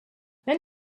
then